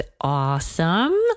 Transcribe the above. awesome